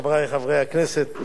חברי חברי הכנסת,